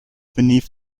beneath